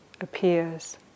appears